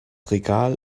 regal